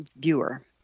viewer